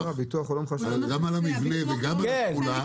גם על המבנה וגם על התחולה,